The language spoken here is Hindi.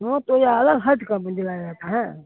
हाँ तो यह अलग हटकर बुन्देला जाता है